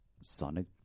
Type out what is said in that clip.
Sonic